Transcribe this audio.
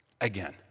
again